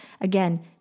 again